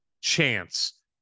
chance